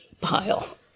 pile